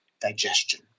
digestion